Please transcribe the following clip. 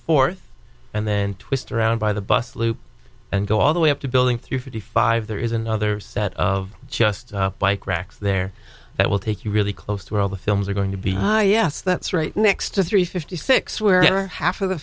fourth and then twist around by the bus loop and go all the way up to building through fifty five there is another set of just bike racks there that will take you really close to where all the films are going to be high yes that's right next to three fifty six where half of the